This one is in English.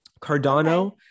Cardano